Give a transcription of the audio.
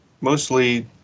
Mostly